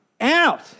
out